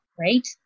right